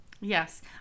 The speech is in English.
Yes